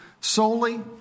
solely